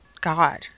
God